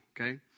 okay